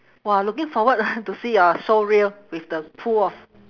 !wah! looking forward ah to see your showreel with the pool of